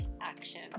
action